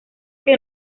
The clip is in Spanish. que